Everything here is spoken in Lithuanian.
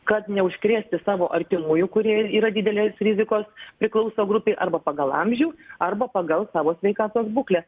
kad neužkrėsti savo artimųjų kurie yra didelės rizikos priklauso grupei arba pagal amžių arba pagal savo sveikatos būklę